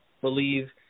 believe